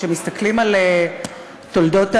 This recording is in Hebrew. כשמסתכלים על תולדות המאבק,